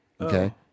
Okay